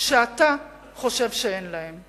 שאתה חושב שאין להם.